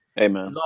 amen